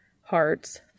Hearts